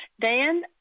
Dan